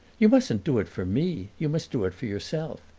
you mustn't do it for me you must do it for yourself.